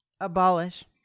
abolish